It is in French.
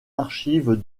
archives